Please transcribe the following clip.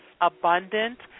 abundant